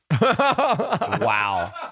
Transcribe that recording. Wow